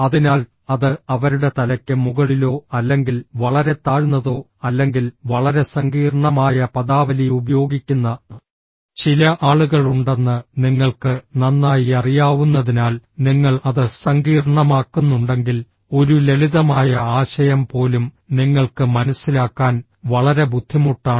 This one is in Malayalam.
അതിനാൽ അത് അവരുടെ തലയ്ക്ക് മുകളിലോ അല്ലെങ്കിൽ വളരെ താഴ്ന്നതോ അല്ലെങ്കിൽ വളരെ സങ്കീർണ്ണമായ പദാവലി ഉപയോഗിക്കുന്ന ചില ആളുകളുണ്ടെന്ന് നിങ്ങൾക്ക് നന്നായി അറിയാവുന്നതിനാൽ നിങ്ങൾ അത് സങ്കീർണ്ണമാക്കുന്നുണ്ടെങ്കിൽ ഒരു ലളിതമായ ആശയം പോലും നിങ്ങൾക്ക് മനസ്സിലാക്കാൻ വളരെ ബുദ്ധിമുട്ടാണ്